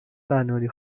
قناری